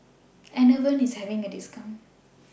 Enervon IS having A discount